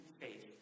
faith